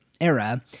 era